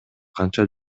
канча